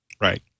right